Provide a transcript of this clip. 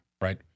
right